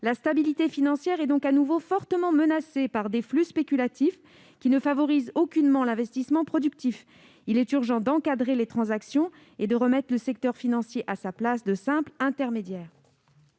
La stabilité financière est donc à nouveau fortement menacée par des flux spéculatifs qui ne favorisent aucunement l'investissement productif. Il est urgent d'encadrer les transactions et de remettre le secteur financier à sa place de simple intermédiaire.